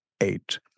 eight